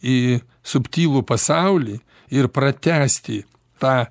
į subtilų pasaulį ir pratęsti tą